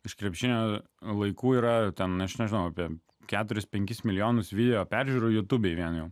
iš krepšinio laikų yra ten aš nežinauapie keturis penkis milijonus video peržiūrų jutūbėj velnio